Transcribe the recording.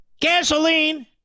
Gasoline